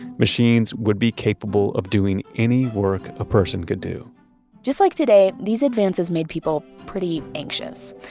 machines would be capable of doing any work a person could do just like today, these advances made people pretty anxious.